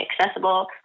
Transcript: accessible